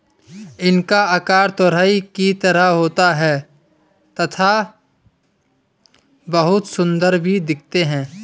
इनका आकार तुरही की तरह होता है तथा बहुत सुंदर भी दिखते है